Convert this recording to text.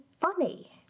funny